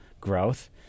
growth